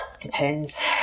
depends